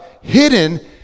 hidden